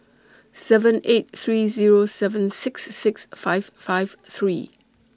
seven eight three Zero seven six six five five three